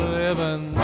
living